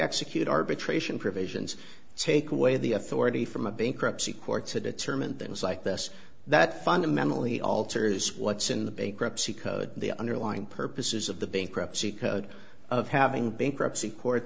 execute arbitration provisions take away the authority from a bankruptcy court to determine things like this that fundamentally alters what's in the bankruptcy code the underlying purposes of the bankruptcy code of having bankruptcy court